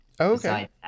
Okay